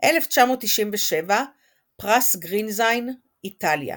1997 פרס גרינזיין - איטליה